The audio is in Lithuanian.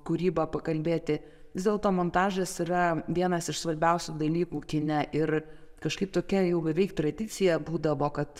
kūrybą pakalbėti vis dėlto montažas yra vienas iš svarbiausių dalykų kine ir kažkaip tokia jau beveik tradicija būdavo kad